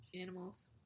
animals